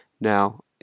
Now